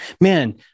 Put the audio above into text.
man